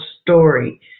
story